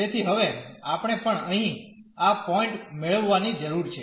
તેથી હવે આપણે પણ અહીં આ પોઈન્ટ મેળવવાની જરૂર છે